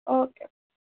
okay